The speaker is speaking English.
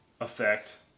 effect